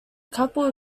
couple